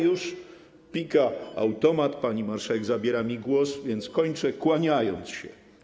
Już pika automat, pani marszałek zabiera mi głos, więc kończę, kłaniając się.